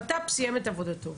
בט"פ סיים את עבודתו.